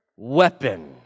Weapon